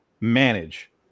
manage